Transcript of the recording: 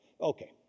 Okay